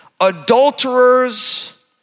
Adulterers